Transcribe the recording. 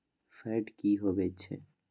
Fat की होवछै?